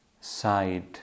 side